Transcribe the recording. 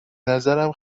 نظرم